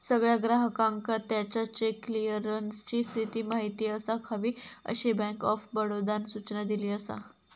सगळ्या ग्राहकांका त्याच्या चेक क्लीअरन्सची स्थिती माहिती असाक हवी, अशी बँक ऑफ बडोदानं सूचना दिली असा